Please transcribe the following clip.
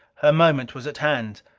her moment was at hand.